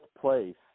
place